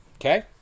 Okay